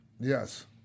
Yes